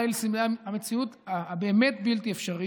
אל סלעי המציאות הבאמת-בלתי-אפשריים.